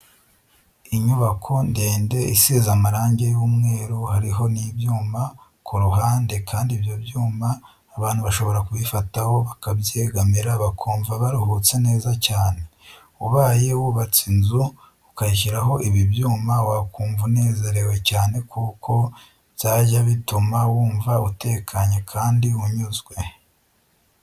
Inyubako ndende, isize amarange y'umweru hariho n'ibyuma ku ruhande kandi ibyo byuma abantu bashobora kubifataho bakabyegamira bakumva baruhutse neza cyane, ubaye wubatse inzu, ukayishyiraho ibi byuma wakumva unezerewe cyane kuko byajya bituma wumva utekanye kandi unyuzwe.